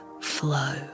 flow